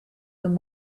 than